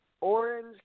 Orange